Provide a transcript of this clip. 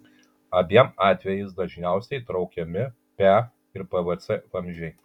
abiem atvejais dažniausiai traukiami pe ir pvc vamzdžiai